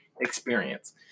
experience